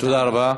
תודה רבה.